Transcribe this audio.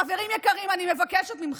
חברים יקרים, אני מבקשת מכם,